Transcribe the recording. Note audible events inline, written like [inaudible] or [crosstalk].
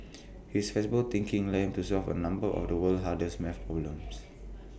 [noise] his flexible thinking led him to solve A number of the world's hardest math problems